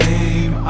aim